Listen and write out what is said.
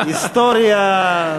היסטוריה.